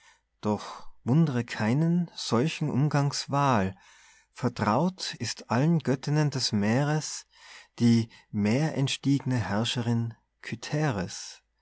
doch wundre keinen solchen umgangs wahl vertraut ist allen göttinnen des meeres die meerentstieg'ne herrscherin